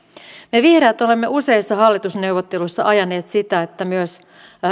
me vihreät olemme useissa hallitusneuvotteluissa ajaneet sitä että myös